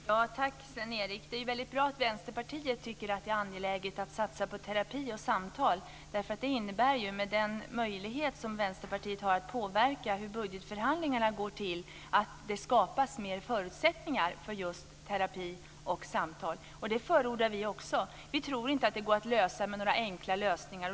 Fru talman! Det är väldigt bra att Vänsterpartiet tycker att det är angeläget att satsa på terapi och samtal. Det innebär ju, med den möjlighet som Vänsterpartiet har att påverka hur budgetförhandlingarna går till, att det skapas mer förutsättningar för just terapi och samtal. Det förordar vi också. Vi tror inte att det finns några enkla lösningar.